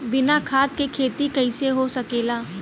बिना खाद के खेती कइसे हो सकेला?